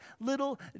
little